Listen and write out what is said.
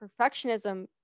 perfectionism